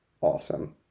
awesome